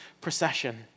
procession